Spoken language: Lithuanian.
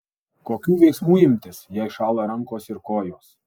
kokių veiksmų imtis jei šąla rankos ir kojos